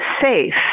safe